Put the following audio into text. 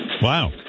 Wow